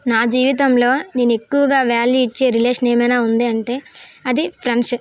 నా జీవితంలో నేను ఎక్కువగా వాల్యూ ఇచ్చే రిలేషన్ ఏమైనా ఉంది అంటే అది ఫ్రెండ్సిప్ ఎందుకు